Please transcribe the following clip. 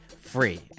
free